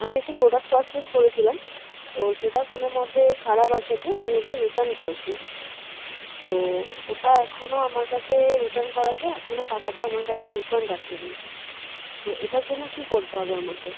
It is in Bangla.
আমি একটি প্রোডাক্ট পারচেজ করেছিলাম তো সেটা কোনো মতে খারাপ আসাতে আমি ওটা রিটার্ন করেছি তো ওটা এখনও আমার কাছে রিটার্ন করাতে এখনও টাকাটা আমার কাছে রিফান্ড আসেনি তো এটার জন্য কী করতে হবে আমাকে